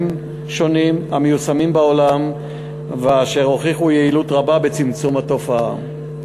שונים המיושמים בעולם ואשר הוכיחו יעילות רבה בצמצום התופעה.